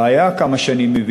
הבעיה היא, עד